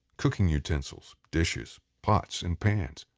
cooking utensils, dishes, pots and pans,